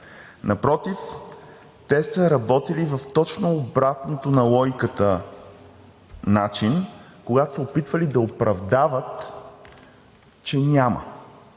Напротив, те са работили в точно обратния на логиката начин, когато са опитвали да оправдават, че няма.